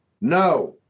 No